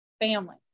family